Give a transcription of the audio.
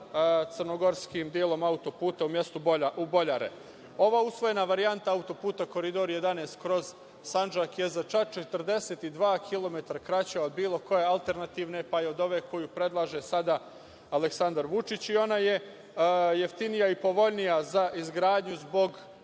crnogorskim delom auto-puta u mestu Boljare. Ova usvojena varijanta auto-puta Koridor 11 kroz Sandžak je za čak 42 km kraća od bilo koje alternativne, pa i od ove koju predlaže sada Aleksandar Vučić i ona je jeftinija i povoljnija za izgradnju zbog